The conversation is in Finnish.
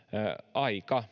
aika